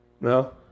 No